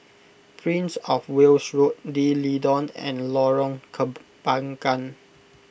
Prince of Wales Road D'Leedon and Lorong Kembagan